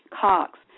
Cox